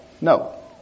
No